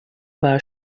war